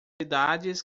idades